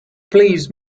please